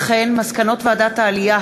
מסקנות ועדת העלייה,